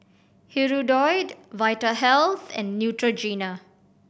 Hirudoid Vitahealth and Neutrogena